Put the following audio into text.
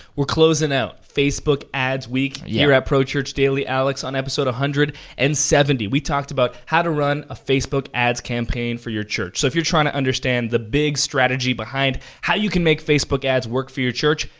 we're closing out facebook ads week yeah here at pro church daily. alex on episode one hundred and seventy, we talked about how to run a facebook ads campaign for your church. so if you're trying to understand the big strategy behind how you can make facebook ads work for your church,